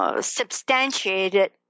Substantiated